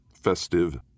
festive